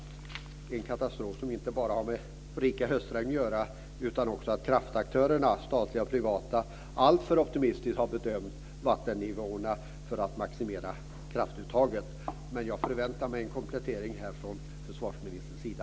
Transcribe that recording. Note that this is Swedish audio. Det är en katastrof som inte bara har att göra med rikliga höstregn utan också med att kraftaktörerna - statliga och privata - för att maximera kraftuttaget har bedömt vattennivåerna alltför optimistiskt. Jag förväntar mig att försvarsministern gör en komplettering.